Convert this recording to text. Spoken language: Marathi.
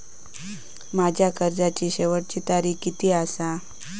माझ्या कर्जाची शेवटची तारीख किती आसा?